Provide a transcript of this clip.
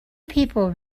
people